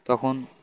তখন